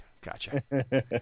Gotcha